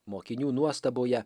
mokinių nuostaboje